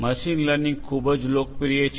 machine learning ખૂબ જ લોકપ્રિય છે